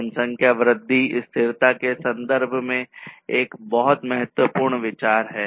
जनसंख्या वृद्धि स्थिरता के संदर्भ में एक बहुत महत्वपूर्ण विचार है